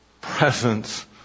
presence